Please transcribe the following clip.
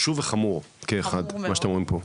חמור מאוד מה שאתם אומרים כאן.